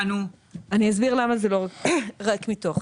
אני אסביר למה זה לא ריק מתוכן.